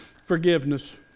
Forgiveness